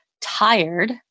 tired